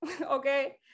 Okay